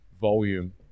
volume